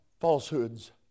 falsehoods